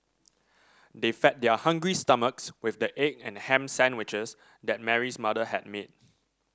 they fed their hungry stomachs with the egg and ham sandwiches that Mary's mother had made